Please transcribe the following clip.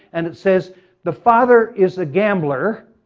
and it says the father is a gambler,